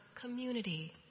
community